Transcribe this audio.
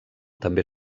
també